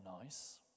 nice